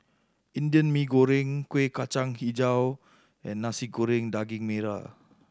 Indian Mee Goreng Kuih Kacang Hijau and Nasi Goreng Daging Merah